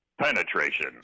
Penetration